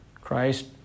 Christ